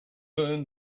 learned